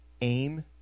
Aim